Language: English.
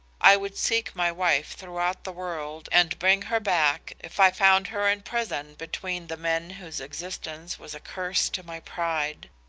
i would seek my wife throughout the world and bring her back if i found her in prison between the men whose existence was a curse to my pride.